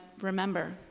remember